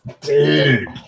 Dude